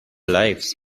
lives